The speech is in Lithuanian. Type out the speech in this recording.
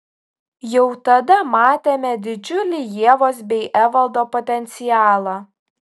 jau tada matėme didžiulį ievos bei evaldo potencialą